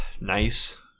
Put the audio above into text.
nice